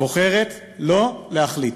בוחרת לא להחליט.